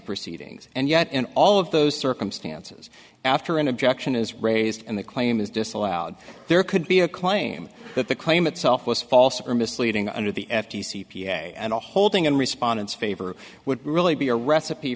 proceedings and yet in all of those circumstances after an objection is raised and the claim is disallowed there could be a claim that the claim itself was false or misleading under the f t c and a holding in respondents favor would really be a recipe